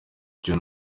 icyo